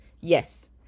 Yes